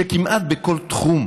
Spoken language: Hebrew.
שכמעט בכל תחום